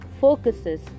focuses